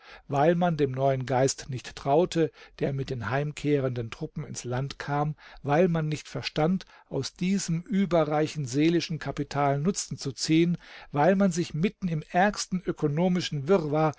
weil man dem neuen geist nicht traute der mit den heimkehrenden truppen ins land kam weil man nicht verstand aus diesem überreichen seelischen kapital nutzen zu ziehen weil man sich mitten im ärgsten ökonomischen wirrwarr